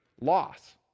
loss